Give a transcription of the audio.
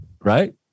right